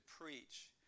preach